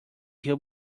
hill